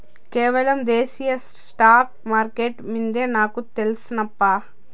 కేవలం దేశీయ స్టాక్స్ మార్కెట్లు మిందే నాకు తెల్సు నప్పా